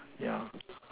yeah